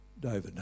David